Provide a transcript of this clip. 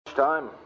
time